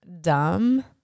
dumb